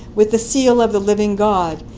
with the seal of the living god,